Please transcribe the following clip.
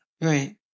Right